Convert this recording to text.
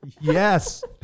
Yes